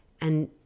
and-